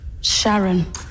Sharon